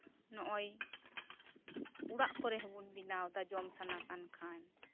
ᱱᱚᱜᱚᱭ ᱚᱲᱟᱜ ᱠᱚᱨᱮ ᱦᱚᱚᱱ ᱵᱮᱱᱟᱣᱮᱫᱟ ᱡᱚᱢᱥᱟᱱᱟ ᱠᱟᱱ ᱠᱷᱟᱱ